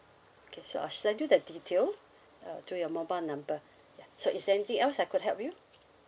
okay sure I'll send you the detail uh to your mobile number ya so is there anything else I could help you